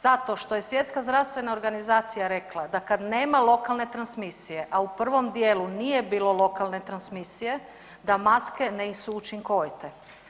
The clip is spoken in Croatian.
Zato što je Svjetska zdravstvena organizacija da kad nema lokalne transmisije, a u prvom dijelu nije bilo lokalne transmisije da maske nisu učinkovite.